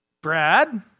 Brad